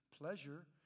Pleasure